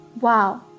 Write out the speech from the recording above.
Wow